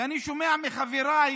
ואני שומע מחבריי